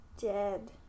dead